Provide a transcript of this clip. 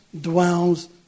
dwells